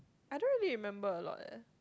I don't really remember a lot leh